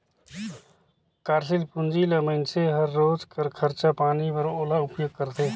कारसील पूंजी ल मइनसे हर रोज कर खरचा पानी बर ओला उपयोग करथे